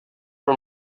for